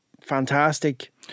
fantastic